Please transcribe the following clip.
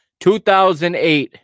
2008